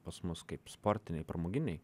pas mus kaip sportiniai pramoginiai